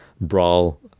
brawl